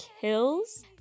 kills